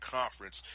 conference